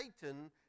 Satan